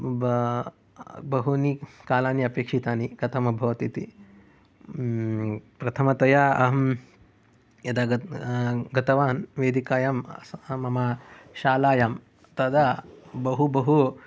बहुनि कालानि अपेक्षितानि कथम् अभवत् इति प्रथमतया अहं यदा गतवान् वेदिकायां मम शालायां तदा बहु बहु